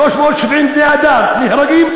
370 בני-אדם נהרגו,